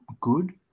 good